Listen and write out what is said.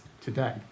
today